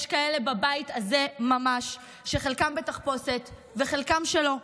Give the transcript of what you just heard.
יש כאלה בבית הזה ממש, שחלקם בתחפושת וחלקם לא,